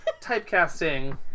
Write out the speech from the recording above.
Typecasting